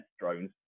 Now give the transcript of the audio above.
drones